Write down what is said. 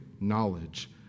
knowledge